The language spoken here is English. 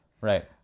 Right